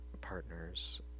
partners